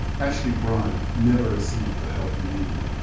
ashley bryant never received the help he needed.